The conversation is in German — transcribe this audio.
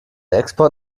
export